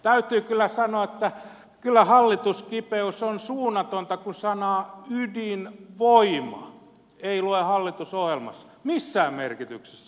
täytyy kyllä sanoa että kyllä hallituskipeys on suunnatonta kun sanaa ydinvoima ei lue hallitusohjelmassa missään merkityksessä ei edes kielteisessä merkityksessä